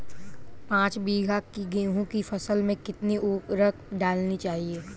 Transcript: पाँच बीघा की गेहूँ की फसल में कितनी उर्वरक डालनी चाहिए?